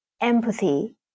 empathy